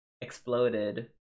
exploded